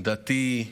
דתי,